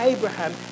Abraham